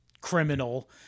criminal